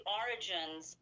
origins